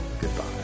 Goodbye